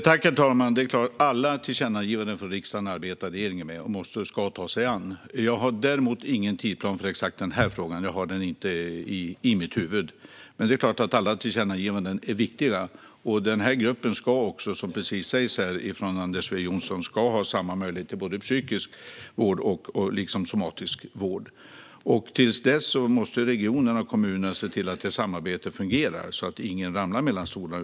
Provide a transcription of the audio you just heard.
Herr talman! Regeringen ska givetvis ta sig an och arbeta med alla tillkännagivanden från riksdagen. Jag har dock ingen tidsplan vad gäller just denna fråga; jag har den inte i huvudet. Alla tillkännagivanden är givetvis viktiga, och denna grupp ska, precis som Anders W Jonsson säger, ha samma möjlighet som andra till såväl psykisk som somatisk vård. Tills regeringens arbete är klart måste regionerna och kommunerna se till att samarbetet fungerar så att ingen ramlar mellan stolarna.